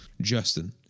Justin